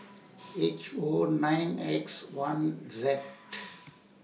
H O nine X one Z